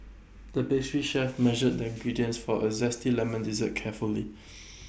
the pastry chef measured the ingredients for A Zesty Lemon Dessert carefully